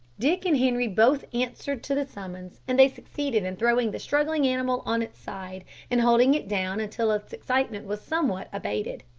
dick and henri both answered to the summons, and they succeeded in throwing the struggling animal on its side and holding it down until its excitement was somewhat abated.